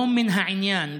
לא מן העניין.